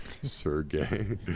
Sergey